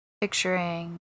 picturing